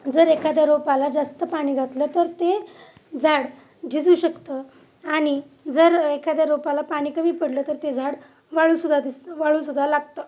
जर एखाद्या रोपाला जास्त पाणी घातलं तर ते झाड झिजू शकतं आणि जर एखाद्या रोपाला पाणी कमी पडलं तर ते झाड वाळूसुद्धा दिसतं वाळूसुद्धा लागतं